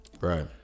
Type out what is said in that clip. Right